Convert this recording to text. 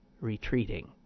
retreating